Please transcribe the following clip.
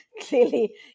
clearly